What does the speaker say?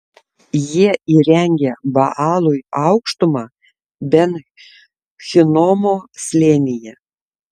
jie įrengė baalui aukštumą ben hinomo slėnyje